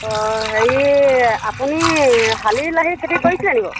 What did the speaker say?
অ হেৰি আপুনি শালি লাহিৰ খেতি কৰিছেনি বাৰু